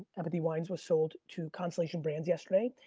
empathy wines was sold to constellation brands yesterday,